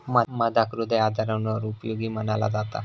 मधाक हृदय आजारांवर उपयोगी मनाला जाता